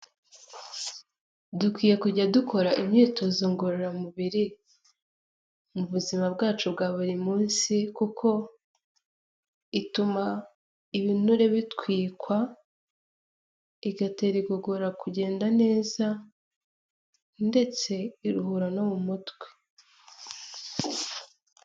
Dukwiye kujya dukora imyitozo ngororamubiri mu buzima bwacu bwa buri munsi kuko ituma ibinure bitwikwa, igatera igogora kugenda neza ndetse iruhura no mu mutwe.